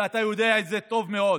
ואתה יודע את זה טוב מאוד.